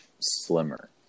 slimmer